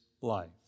life